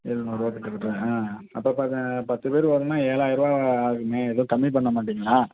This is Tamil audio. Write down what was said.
எழுநூறுரூவா கிட்டதட்ட அப்போ பத்து பேர் வருன்னா ஏழாயரூவா ஆகுமே ஏதுவும் கம்மி பண்ண மாட்டீங்களா